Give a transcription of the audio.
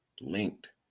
linked